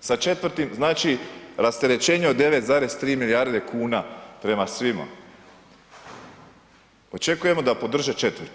sa 4.-tim znači rasterećenje od 9,3 milijarde kuna prema svima, očekujemo da podrže 4.-tu?